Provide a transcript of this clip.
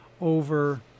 over